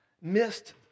missed